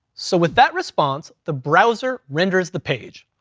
so with that response, the browser renders the page.